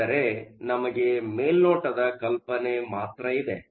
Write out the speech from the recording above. ಆದರೆ ನಮಗೆ ಮೆಲ್ನೋಟದ ಕಲ್ಪನೆ ಇದೆ